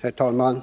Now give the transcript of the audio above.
Herr talman!